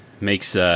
makes